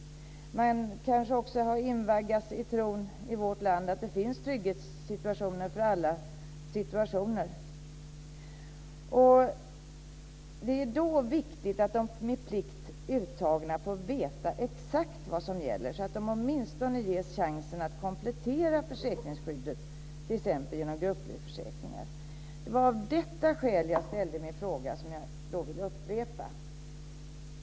Kanske har de också invaggats i tron att det i vårt land finns trygghetssystem för alla situationer. Det är då viktigt att de med plikt uttagna får veta exakt vad som gäller så att de åtminstone ges chansen att komplettera försäkringsskyddet genom t.ex. grupplivförsäkringar. Det var av detta skäl jag ställde min fråga som jag nu vill upprepa.